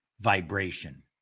vibration